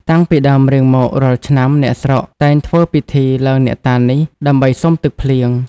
តាំងពីដើមរៀងមករាល់ឆ្នាំ អ្នកស្រុក តែងធ្វើពិធីឡើងអ្នកតានេះ ដើម្បីសុំទឹកភ្លៀង ។